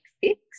fix